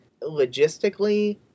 logistically